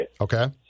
Okay